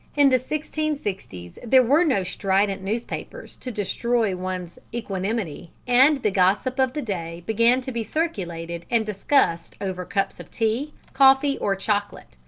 in the sixteen-sixties there were no strident newspapers to destroy one's equanimity, and the gossip of the day began to be circulated and discussed over cups of tea, coffee, or chocolate.